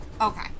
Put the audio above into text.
Okay